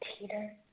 Peter